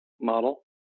model